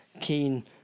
Keen